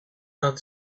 and